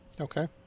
okay